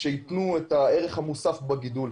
שיתנו את הערך המוסף בגידול.